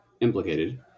implicated